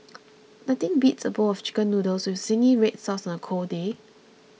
nothing beats a bowl of Chicken Noodles with Zingy Red Sauce on a cold day